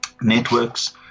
networks